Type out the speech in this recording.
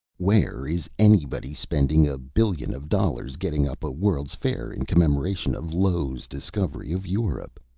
where is anybody spending a billion of dollars getting up a world's fair in commemoration of lo's discovery of europe?